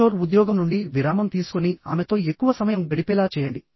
కిషోర్ ఉద్యోగం నుండి విరామం తీసుకొని ఆమెతో ఎక్కువ సమయం గడిపేలా చేయండి